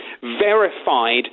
verified